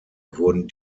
wurden